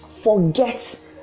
forget